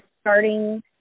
starting